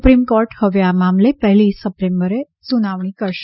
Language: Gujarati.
સુપ્રીમ કોર્ટ હવે આ મામલે પહેલી સપ્ટેમ્બરે સુનાવણી કરશે